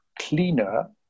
cleaner